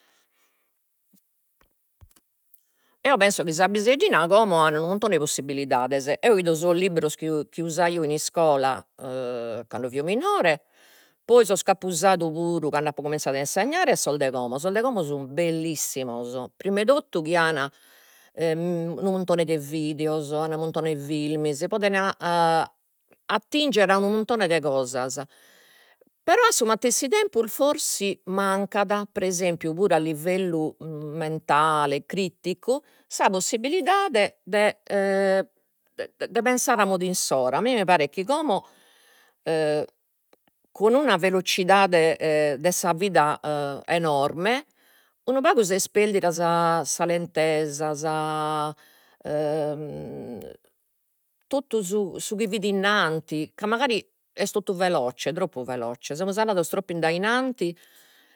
Eo penso chi sa piseddina como an unu muntone de possibbilidades, eo ido sos libberos chi u- usaio in iscola cando fio minore, poi sos chi apo usadu puru cando apo cominzadu a insegnare e sos de como, sos de como sun bellissimos, prima 'e totu chi an unu muntone de videos, una muntone 'e films, poden attingere a unu muntone de cosas, però a su matessi tempus forsis mancat pre esempiu puru a livellu mentale, criticu sa possibilidade de de pensare a moda insoro, a mie mi paret chi como cun una velocidade de sa vida enorme unu pagu si est perdida sa sa lentesa sa totu su chi fit innanti, ca magari est totu veloce troppu veloce, semus andados troppu in dainanti